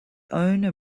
owner